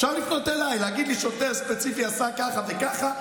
אפשר לפנות אליי ולהגיד לי: שוטר ספציפי עשה ככה וככה,